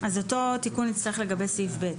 אותו תיקון נצטרך לגבי סעיף (ב).